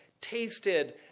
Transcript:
tasted